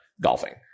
golfing